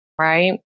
right